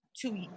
two